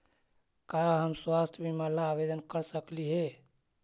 का हम स्वास्थ्य बीमा ला आवेदन कर सकली हे?